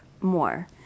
more